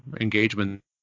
engagement